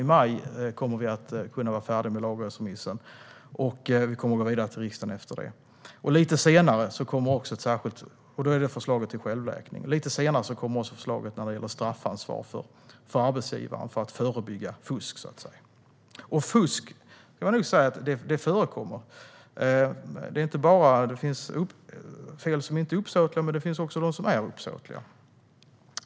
I maj kommer vi att kunna vara färdiga med lagrådsremissen. Efter det kommer vi att gå vidare till riksdagen med förslaget om självläkning. Lite senare kommer också förslaget när det gäller straffansvar för arbetsgivare, för att förebygga fusk. Fusk förekommer nämligen. Det finns fel som inte är uppsåtliga, men det finns också de som är uppsåtliga.